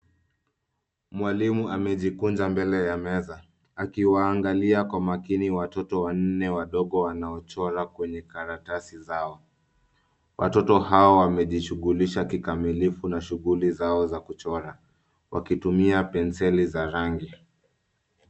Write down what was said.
Mwalimu amejikunja mbele ya meza, akiwaangalia kwa makini watoto wanne wadogo wanaochora kwenye karatasi zao. Watoto hao wamejishughulisha kikamilifu na shughuli zao za kuchora, wakitumia penseli za rangi.